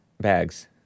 bags